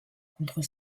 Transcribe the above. contre